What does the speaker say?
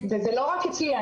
וזה לא רק אצלי,